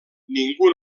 ningú